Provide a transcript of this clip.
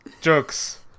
jokes